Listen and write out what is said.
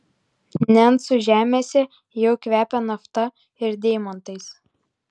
nencų žemėse jau kvepia nafta ir deimantais